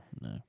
no